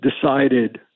decided